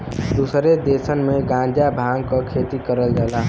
दुसरे देसन में गांजा भांग क खेती करल जाला